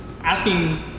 Asking